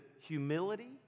humility